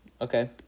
Okay